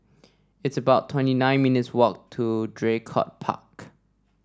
it's about twenty nine minutes' walk to Draycott Park